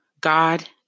God